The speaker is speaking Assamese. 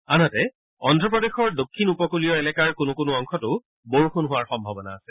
আনহাতে অন্ধ্ৰপ্ৰেদশৰ দক্ষিণ উপকূলীয় এলেকাৰ কোনো কোনো অংশতো বৰষুণ হোৱাৰ সম্ভাৱনা আছে